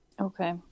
Okay